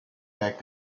that